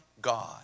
God